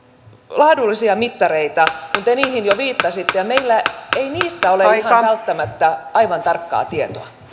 laadullisia mittareita kun te niihin jo viittasitte ja meillä ei niistä ole ihan välttämättä aivan tarkkaa tietoa